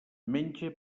menja